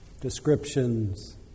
descriptions